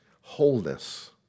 wholeness